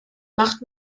macht